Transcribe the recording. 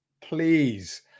please